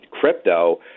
crypto